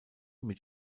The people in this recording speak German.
mit